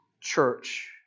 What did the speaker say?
church